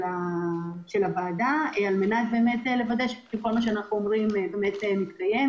של הוועדה וזאת כדי לוודא שכל מה שאנחנו אומרים באמת מתקיים,